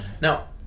Now